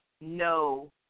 no